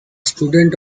student